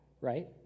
right